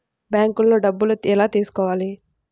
బ్యాంక్లో డబ్బులు ఎలా తీసుకోవాలి?